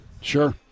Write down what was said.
Sure